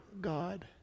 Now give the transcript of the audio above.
God